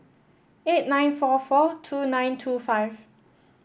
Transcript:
eight nine four four two nine two five